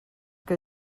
que